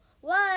one